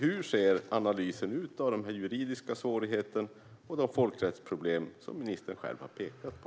Hur ser analysen ut i fråga om den juridiska svårigheten och de folkrättsproblem som ministern själv har pekat på?